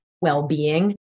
well-being